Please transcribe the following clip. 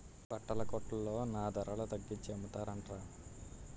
బట్టల కొట్లో నా ధరల తగ్గించి అమ్మతన్రట